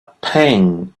pang